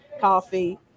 coffee